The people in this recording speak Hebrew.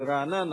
של רעננה,